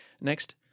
Next